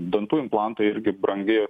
dantų implantai irgi brangi